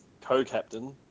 co-captain